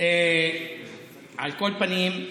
על כל פנים,